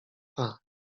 tak